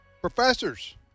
professors